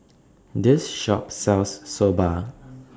This Shop sells Soba